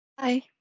Hi